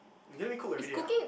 you don't even cook everyday ah